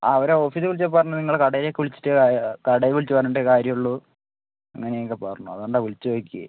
ആ അവരെ ഓഫീസില് വിളിച്ചപ്പോള് പറഞ്ഞു നിങ്ങള് കടയിലേക്ക് വിളിച്ചിട്ട് കടയില് വിളിച്ചുപറഞ്ഞിട്ടേ കാര്യമുള്ളൂ അങ്ങനെയൊക്കെ പറഞ്ഞു അതുകൊണ്ടാണ് വിളിച്ചു നോക്കിയത്